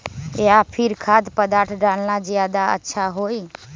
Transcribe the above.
या फिर खाद्य पदार्थ डालना ज्यादा अच्छा होई?